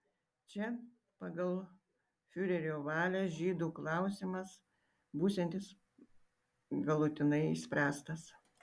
čia pagal fiurerio valią žydų klausimas būsiantis galutinai išspręstas